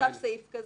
לא נוסף סעיף כזה.